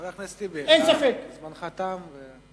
חבר הכנסת טיבי, זמנך תם.